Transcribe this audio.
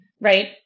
right